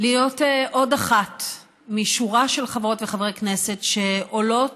להיות עוד אחת משורה של חברות וחברי כנסת שעולות